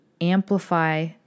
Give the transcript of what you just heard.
amplify